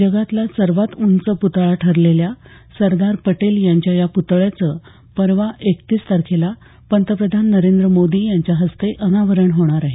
जगातला सर्वात उंच पुतळा ठरलेल्या सरदार पटेल यांच्या या पुतळ्याचं येत्या परवा एकतीस तारखेला पंतप्रधान नरेंद्र मोदी यांच्या हस्ते लोकार्पण होणार आहे